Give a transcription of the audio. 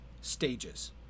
stages